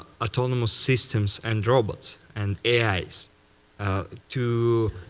autonomous systems and robots and ai's to